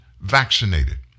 vaccinated